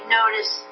notice